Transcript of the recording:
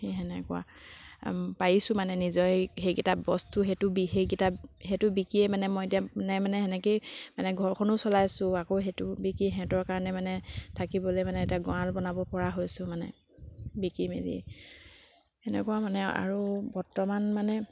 সেই সেনেকুৱা পাৰিছোঁ মানে নিজৰ এই সেইকেইটা বস্তু সেইটো সেইকেইটা সেইটো বিকিয়ে মানে মই এতিয়া মানে মানে সেনেকৈয়ে মানে ঘৰখনো চলাইছোঁ আকৌ সেইটো বিকি সিহঁতৰ কাৰণে মানে থাকিবলৈ মানে এতিয়া গড়াল বনাবপৰা হৈছোঁ মানে বিকি মেলি সেনেকুৱা মানে আৰু বৰ্তমান মানে